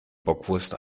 bockwurst